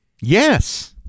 Yes